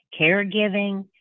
caregiving